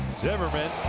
Zimmerman